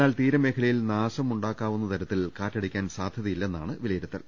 എന്നാൽ തീര മേഖലയിൽ നാശ മുണ്ടാക്കുന്ന തരത്തിൽ കാറ്റടിക്കാൻ സാധ്യതയില്ലെന്നാണ് വില യിരുത്തൽ